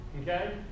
okay